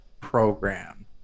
program